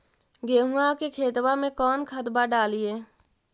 गेहुआ के खेतवा में कौन खदबा डालिए?